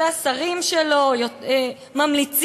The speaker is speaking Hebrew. והשרים שלו ממליצים,